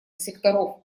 секторов